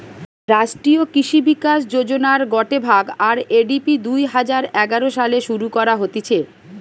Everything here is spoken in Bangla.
রাষ্ট্রীয় কৃষি বিকাশ যোজনার গটে ভাগ, আর.এ.ডি.পি দুই হাজার এগারো সালে শুরু করা হতিছে